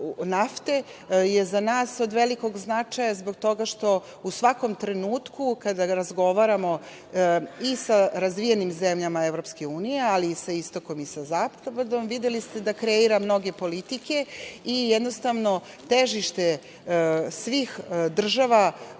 nafte, je za nas od velikog značaja zbog toga što u svakom trenutku kada razgovaramo i sa razvijenim zemljama EU, ali i sa istokom i sa zapadom videli ste da kreira mnoge politike i jednostavno težište svih država